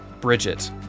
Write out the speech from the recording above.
Bridget